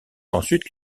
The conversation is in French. ensuite